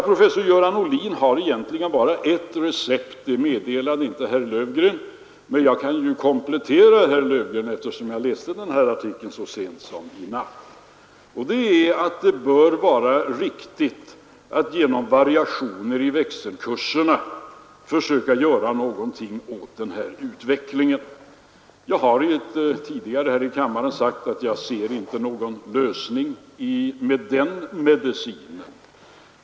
Professor Göran Ohlin har egentligen bara ett recept — det meddelade inte herr Löfgren, men jag kan ju komplettera honom, eftersom jag läste artikeln så sent som i natt — och det är att det bör vara riktigt att genom variationer i växelkurserna försöka göra någonting åt utvecklingen. Jag har tidigare här i kammaren sagt att jag ser inte någon lösning med den medicinen.